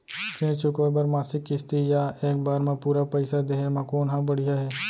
ऋण चुकोय बर मासिक किस्ती या एक बार म पूरा पइसा देहे म कोन ह बढ़िया हे?